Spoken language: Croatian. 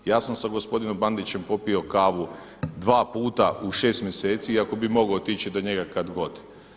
Ja sam sa gospodinom Bandićem popio kavu dva puta u 6 mjeseci, iako bih mogao otići do njega kad god.